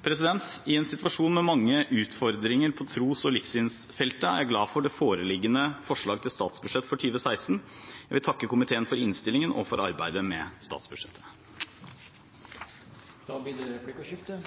I en situasjon med mange utfordringer på tros- og livssynsfeltet er jeg glad for det foreliggende forslaget til statsbudsjett for 2016. Jeg vil takke komiteen for innstillingen og for arbeidet med statsbudsjettet. Det blir replikkordskifte.